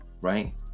right